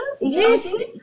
Yes